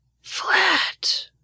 flat